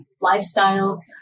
lifestyle